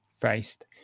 faced